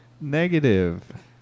negative